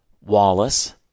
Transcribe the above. Wallace